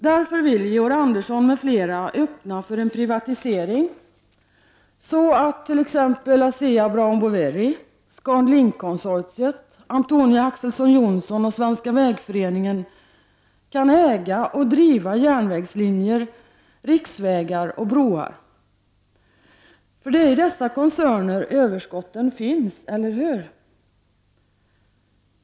Därför vill Georg Andersson m.fl. öppna för en privatisering så att t.ex. ASEA Brown Boveri, ScanLink-konsortiet, Antonia Ax:son Johnson och Svenska vägföreningen kan äga och driva järnvägslinjer, riksvägar och broar. För det är i dessa koncerner överskotten finns, eller hur?